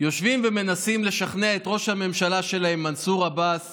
יושבים ומנסים לשכנע את ראש הממשלה שלהם מנסור עבאס